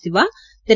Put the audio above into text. Siva Thiru